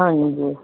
ਹਾਂਜੀ